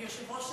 היושב-ראש,